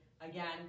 again